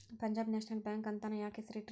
Punjab National Bank ಅಂತನ ಯಾಕ್ ಹೆಸ್ರಿಟ್ರು?